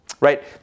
right